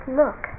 look